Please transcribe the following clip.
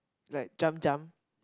like jump jump